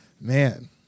Man